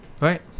Right